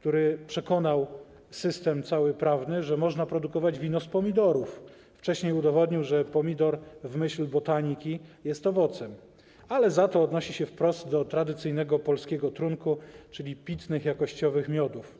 który przekonał cały system prawny, że można produkować wino z pomidorów, przy czym wcześniej udowodnił, że pomidor, w myśl botaniki, jest owocem - ale za to odnosi się wprost do tradycyjnego, polskiego trunku, czyli pitnych, dobrych jakościowo miodów.